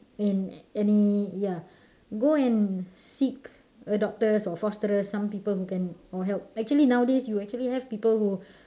in any ya go and seek adopters or fosterers some people who can or help actually nowadays you actually have people who